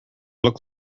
look